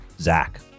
Zach